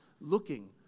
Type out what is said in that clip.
looking